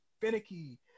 finicky